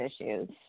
issues